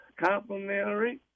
complimentary